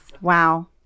Wow